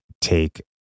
take